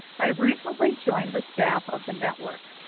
i recently joined the staff of the network,